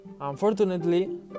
Unfortunately